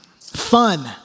Fun